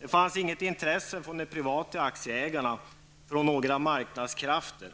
Det fanns inget intresse från privata aktieägare